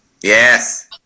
Yes